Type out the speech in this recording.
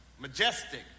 majestic